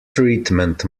treatment